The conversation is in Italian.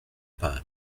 pari